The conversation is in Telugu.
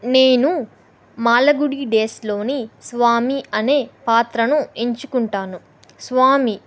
నేను మాాల్గుడి డేస్లోని స్వామి అనే పాత్రను ఎంచుకుంటాను స్వామి